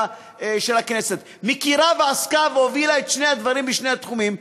הכנסת מכירה ועסקה והובילה את שני הדברים בשני התחומים.